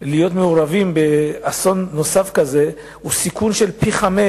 להיות מעורבים באסון נוסף כזה הוא פי-חמישה